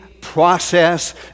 process